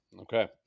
Okay